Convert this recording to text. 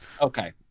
Okay